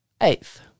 Eighth